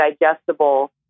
digestible